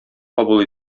кабул